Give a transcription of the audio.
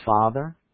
Father